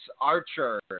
Archer